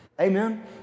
Amen